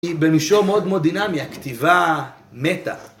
היא במישור מאוד מאוד דינמי, הכתיבה מתה.